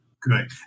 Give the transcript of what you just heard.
Good